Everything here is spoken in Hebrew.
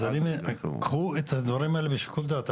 אז אני אומר קחו את הדברים האלה בשיקול דעת.